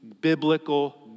biblical